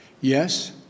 yes